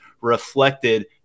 reflected